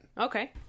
Okay